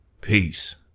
Peace